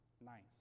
nice